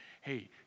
hey